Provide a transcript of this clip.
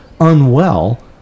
unwell